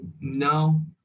no